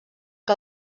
que